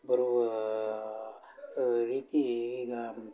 ಬರುವಾ ರೀತೀ ಈಗ